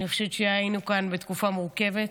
אני חושבת שהיינו כאן בתקופה מורכבת.